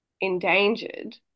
endangered